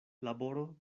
laboro